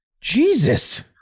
Jesus